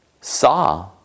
saw